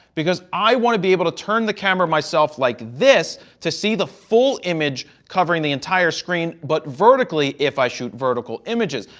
because i want to be able to turn the camera myself like this to see the full image covering the entire screen, but vertically if i shoot vertical images,